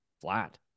flat